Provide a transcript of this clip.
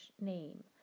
name